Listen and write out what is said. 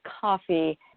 Coffee